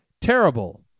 Terrible